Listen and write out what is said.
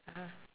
ah